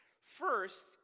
First